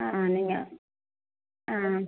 ஆ நீங்கள் ஆ